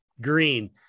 green